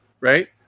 right